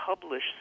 publish